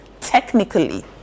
technically